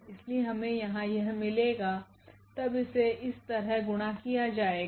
इसलिए हमे यहां यह मिलेगा तब इसे इस तरह गुणा किया जाएगा